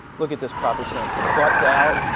look at this proper stance. the bud's out.